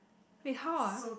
wait how ah